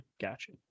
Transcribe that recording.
Gotcha